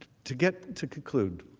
to get to conclude